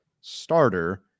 starter